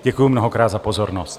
Děkuji mnohokrát za pozornost.